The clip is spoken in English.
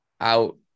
out